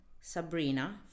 Sabrina